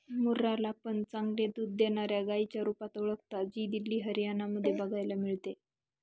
मुर्रा ला पण चांगले दूध देणाऱ्या गाईच्या रुपात ओळखता, जी दिल्ली, हरियाणा मध्ये बघायला मिळते